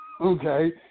Okay